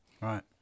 Right